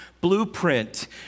blueprint